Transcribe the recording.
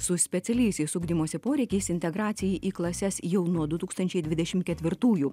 su specialiaisiais ugdymosi poreikiais integracijai į klases jau nuo du tūkstančiai dvidešim ketvirtųjų